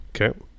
Okay